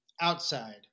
Outside